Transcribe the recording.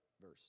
verse